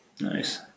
Nice